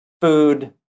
food